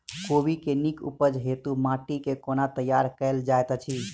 कोबी केँ नीक उपज हेतु माटि केँ कोना तैयार कएल जाइत अछि?